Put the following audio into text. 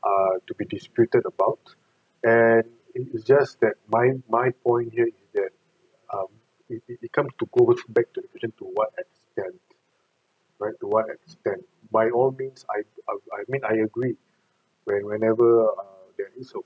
err to be disputed about and it is just that my my point here is that um it it becomes to go which back to the question what extent but to what extent by all means I have I mean I agreed that whenever err there is a